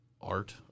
art